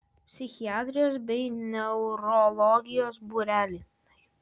psichiatrijos bei neurologijos būreliai